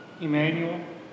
Emmanuel